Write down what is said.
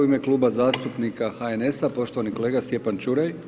U ime Kluba zastupnika HNS-a poštovani kolega Stjepan Čuraj.